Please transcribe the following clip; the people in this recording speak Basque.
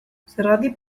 zergatik